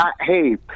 Hey